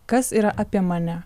kas yra apie mane